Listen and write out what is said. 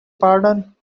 pardon